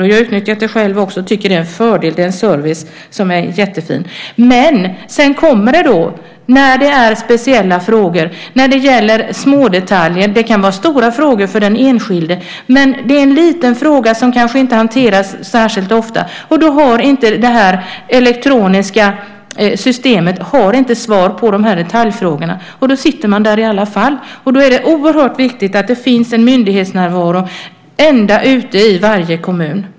Jag har utnyttjat det själv också och tycker att det är en fördel, en service som är jättefin. Sedan kommer det speciella frågor. Det kan gälla smådetaljer. Det kan vara stora frågor för den enskilde, men det kan vara små frågor som inte hanteras särskilt ofta. Då har inte det här elektroniska systemet svar på detaljfrågorna, och då sitter man där i alla fall. Då är det oerhört viktigt att det finns en myndighetsnärvaro ända ute i varje kommun.